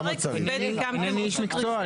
אינני איש מקצוע,